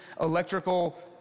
electrical